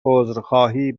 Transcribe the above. عذرخواهی